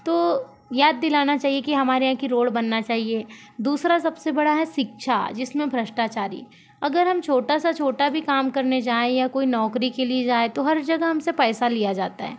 तो याद दिलाना चाहिए कि हमारे यहाँ की रोड़ बनना चाहिए दूसरा सबसे बड़ा है शिक्षा जिसमें भ्रष्टाचारी अगर हम छोटा से छोटा भी कोई काम करने जाएं या कोई नौकरी के लिए जाए तो हर जगह हम से पैसा लिया जाता है